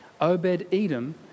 Obed-Edom